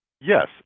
Yes